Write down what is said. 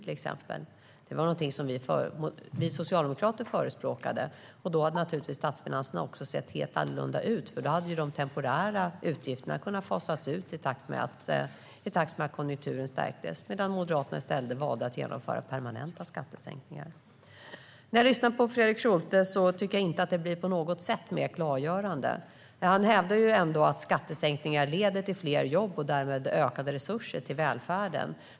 Det var någonting som vi socialdemokrater förespråkade. Då hade naturligtvis statsfinanserna också sett helt annorlunda ut, eftersom de temporära utgifterna hade kunnat fasas ut i takt med att konjunkturen stärktes. Men Moderaterna valde i stället att genomföra permanenta skattesänkningar. När jag lyssnar på Fredrik Schulte tycker jag inte att det på något sätt blir mer klargörande. Han hävdar ändå att skattesänkningar leder till fler jobb och därmed ökade resurser till välfärden.